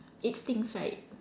it stinks right